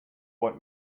want